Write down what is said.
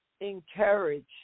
encourage